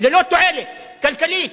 ללא תועלת כלכלית.